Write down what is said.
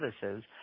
services